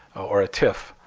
or a tif.